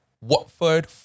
Watford